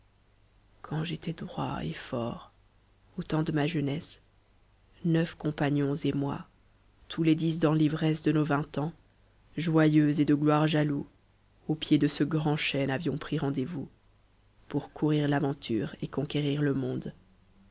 quand j'étais droit et fort au temps de ma jeunesse neuf compagnons c moi tous les dix dans l'ivresse de nos vingt ans joyeux et de gloire jaloux au pied de ce grand chêne avions pris rendez-vous pour courir l'aventure et conquérir le monde